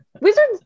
wizards